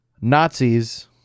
Nazis